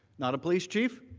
not a police chief.